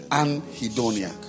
anhedonia